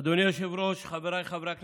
אדוני היושב-ראש, חבריי חברי הכנסת,